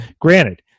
granted